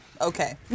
okay